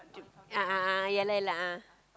a'ah a'ah ya lah ya lah a'ah